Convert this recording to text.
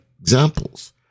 examples